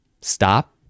Stop